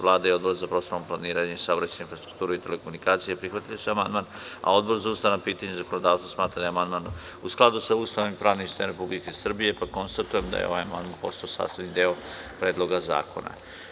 Vlada i Odbor za prostorno planiranje, saobraćaj, infrastrukturu i telekomunikacije prihvatili su amandman, a Odbor za ustavna pitanja i zakonodavstvo smatra da je amandman u skladu sa Ustavom i pravnim sistemom Republike Srbije, pa konstatujem da je ovaj amandman postao sastavni deo Predloga zakona.